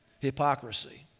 hypocrisy